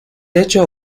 techo